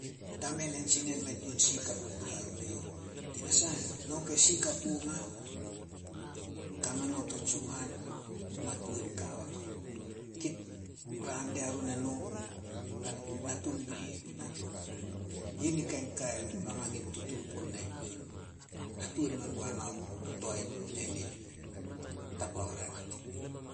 Tamen ain tsinen mei tuan si kapu puria run eyouh. Tinasah, no ke si kapu ma, kame nouh to tsuhan, o matuan ka on. Kit rang diarun eno, dan natung bi ih, natung ona. Yi ni Kain ka mamangin tutuut gunai pion. Hatuan mengua na o toae tenit, tapa oria nit i pion.